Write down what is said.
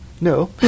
No